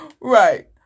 Right